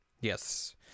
Yes